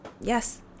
Yes